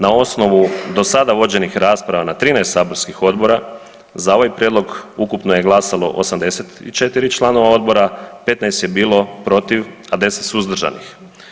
Na osnovu do sada vođenih rasprava na 13 saborskih odbora za ovaj prijedlog ukupno je glasalo 84 članova odbora, 15 je bilo protiv, a 10 suzdržanih.